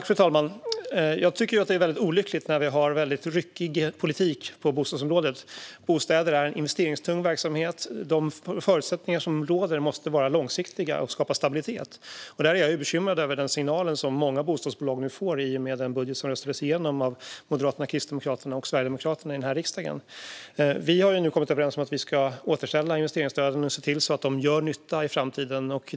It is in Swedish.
Fru talman! Jag tycker att det är olyckligt när vi har en ryckig politik på bostadsområdet. Bostäder är en investeringstung verksamhet. De förutsättningar som råder måste vara långsiktiga och skapa stabilitet. Jag är bekymrad över den signal som många bostadsbolag nu får i och med den budget som röstades igenom här i riksdagen av Moderaterna, Kristdemokraterna och Sverigedemokraterna. Vi har nu kommit överens om att vi ska återställa investeringsstöden och se till så att de gör nytta i framtiden.